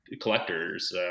collectors